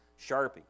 sharpie